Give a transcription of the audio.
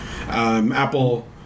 Apple